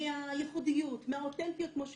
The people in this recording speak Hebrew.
מהייחודיות, מהאותנטיות כמו שאמרת,